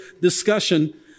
discussion